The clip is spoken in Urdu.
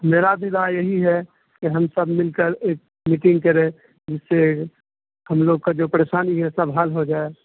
میرا بھی رائے یہی ہے کہ ہم سب مل کر ایک میٹنگ کریں جس سے ہم لوگ کا جو پریسانی ہے سب حل ہو جائے